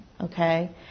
Okay